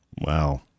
wow